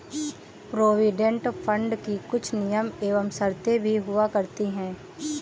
provident fund की कुछ नियम एवं शर्तें भी हुआ करती हैं